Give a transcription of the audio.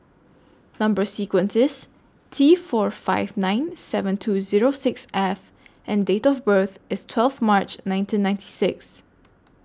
Number sequence IS T four five nine seven two Zero six F and Date of birth IS twelve March nineteen ninety six